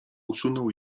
usunął